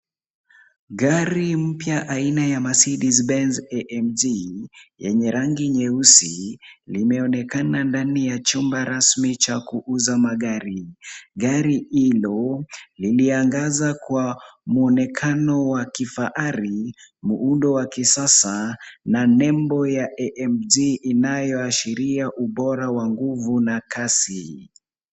Gari mpya aina ya mercedez benz AMG yenye rangi nyeusi limeonekana ndani ya chumba rasmi cha kuuza magari. Gari hilo liliangaza kwa muonekano wa kifahari, muundo wa kisasa na nembo ya AMG inayoashiria ubora wa nguvu na kasi.